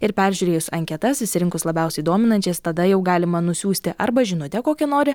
ir peržiūrėjus anketas išsirinkus labiausiai dominančias tada jau galima nusiųsti arba žinutę kokią nori